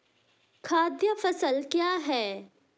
खाद्य फसल क्या है?